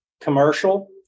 commercial